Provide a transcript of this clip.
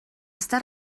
està